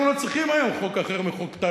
אנחנו לא צריכים היום חוק אחר מחוק טל.